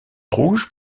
rouge